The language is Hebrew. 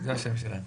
זה השם שלהם.